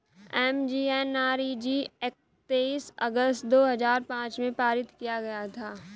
MGNREG act तेईस अगस्त दो हजार पांच में पारित किया गया था